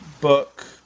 book